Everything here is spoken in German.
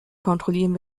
kontrollieren